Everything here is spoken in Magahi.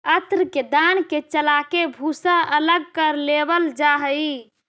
अन्न के दान के चालके भूसा अलग कर लेवल जा हइ